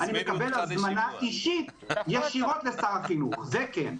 אני מקבל הזמנה אישית ישירות לשר החינוך זה כן,